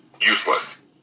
useless